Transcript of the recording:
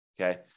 Okay